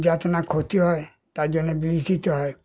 যাতে না ক্ষতি হয় তার জন্য বিষ দিতে হয়